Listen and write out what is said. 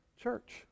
church